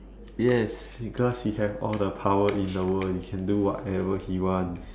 yes because he have all the power in the world he can do whatever he wants